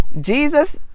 Jesus